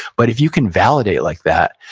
but, if you can validate like that,